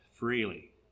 freely